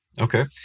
Okay